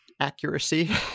Accuracy